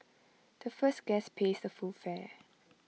the first guest pays the full fare